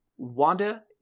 Wanda